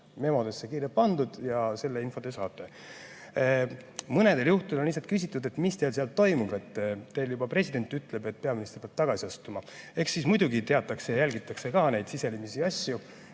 memodesse kirja pandud, ja selle info te saate. Mõnel juhul on lihtsalt küsitud, et mis teil seal toimub, teil juba president ütleb, et peaminister peab tagasi astuma. Ehk siis muidugi teatakse ja jälgitakse ka neid sisemisi asju.